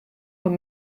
con